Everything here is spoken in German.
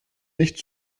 nicht